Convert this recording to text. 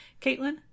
Caitlin